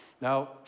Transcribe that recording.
Now